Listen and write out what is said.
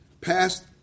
passed